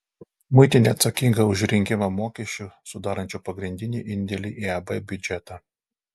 muitinė atsakinga už rinkimą mokesčių sudarančių pagrindinį indėlį į eb biudžetą